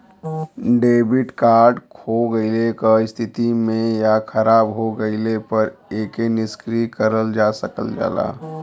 debit card खो गइले क स्थिति में या खराब हो गइले पर एके निष्क्रिय करल जा सकल जाला